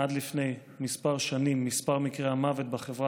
עד לפני כמה שנים מספר מקרי המוות בחברה